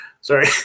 Sorry